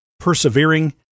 persevering